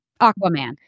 Aquaman